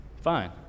Fine